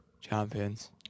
Champions